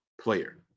player